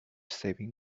saving